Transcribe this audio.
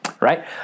Right